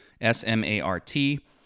S-M-A-R-T